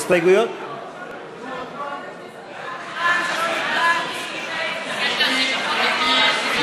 ההצבעה של מיכל בירן לא